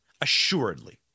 assuredly